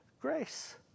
Grace